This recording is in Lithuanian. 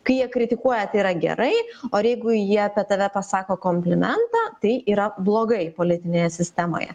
kai jie kritikuoja tai yra gerai o ir jeigu jie apie tave pasako komplimentą tai yra blogai politinėje sistemoje